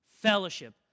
fellowship